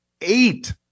eight